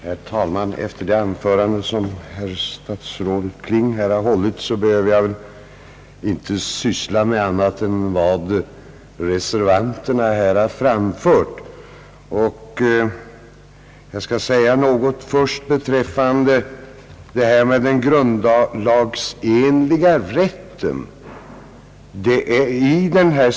Herr talman! Efter det anförande som statsrådet Kling hållit behöver jag inte syssla med annat än vad reservanterna här framhållit. Först skall jag säga något beträffande den grundlagsenliga rätten.